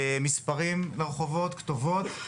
מספרים לרחובות, כתובות.